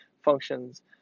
functions